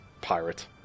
Pirate